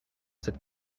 cette